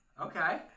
Okay